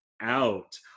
out